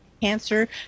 cancer